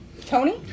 Tony